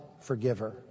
forgiver